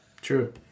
true